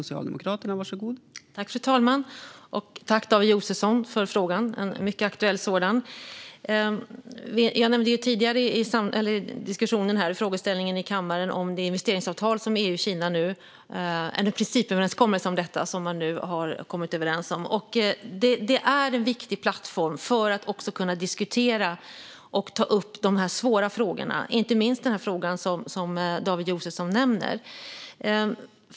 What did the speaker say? Fru talman! Tack, David Josefsson, för frågan - en mycket aktuell sådan! Jag nämnde tidigare i diskussionen här i kammaren frågeställningen som gäller den principöverenskommelse om ett investeringsavtal som EU och Kina har gjort. Det är en viktig plattform för att kunna diskutera och ta upp också de här mycket svåra frågorna, inte minst den fråga som David Josefsson nämner.